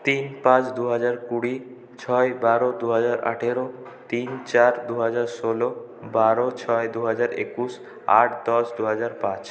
তিন পাঁচ দুহাজার কুড়ি ছয় বারো দুহাজার আঠের তিন চার দুহাজার ষোল বারো ছয় দুহাজার একুশ আট দশ দুহাজার পাঁচ